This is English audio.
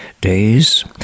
days